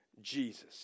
Jesus